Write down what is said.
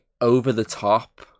over-the-top